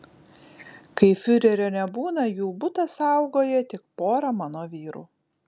kai fiurerio nebūna jų butą saugoja tik pora mano vyrų